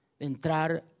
entrar